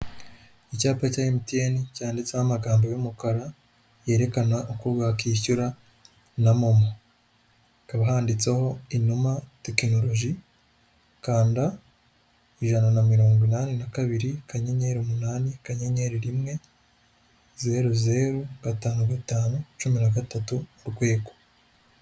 Icyapa cya emutiyene cyanditseho amagambo y'umukara yerekana uko bakwishyura na momo, hakaba handitseho inuma tekinoloji, kanda ijana na mirongo inani na kabiri akanyenyeri umunani akanyenyeri rimwe zeru zeru gatanu gatanu cumi na gatatu urwego.